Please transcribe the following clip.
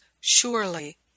surely